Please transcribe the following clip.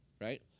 right